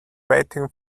waiting